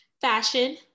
fashion